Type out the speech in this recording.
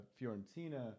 Fiorentina